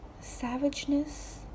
savageness